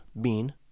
Bean